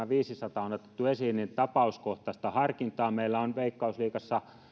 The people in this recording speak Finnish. viisisataa on otettu esiin tapauskohtaista harkintaa meillä on veikkausliigassa